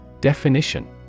Definition